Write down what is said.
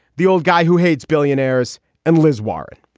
the old guy who hates billionaires and liz warren.